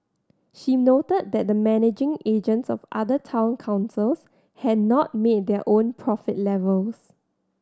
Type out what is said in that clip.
she noted that the managing agents of other town councils had not made their own profit levels